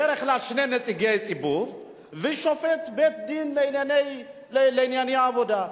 בדרך כלל שני נציגי ציבור ושופט בית-דין לענייני עבודה.